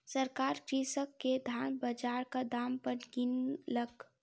सरकार कृषक के धान बजारक दाम पर किनलक